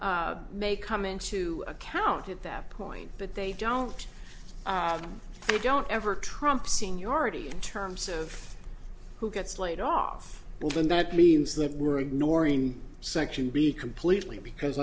may come into account at that point but they don't they don't ever trump seniority in terms of who gets laid off well then that means that we're ignoring section b completely because